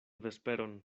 vesperon